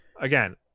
Again